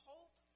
Hope